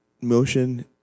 motion